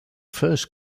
first